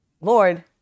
Lord